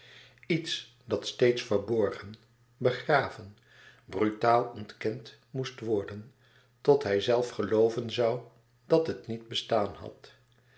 iets dat steeds verborgen begraven brutaal ontkend moest worden tot hijzelf gelooven zoû dat het niet bestaan had